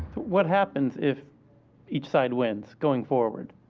what happens if each side wins going forward?